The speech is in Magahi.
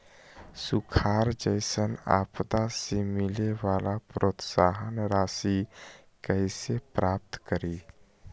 सुखार जैसन आपदा से मिले वाला प्रोत्साहन राशि कईसे प्राप्त करी?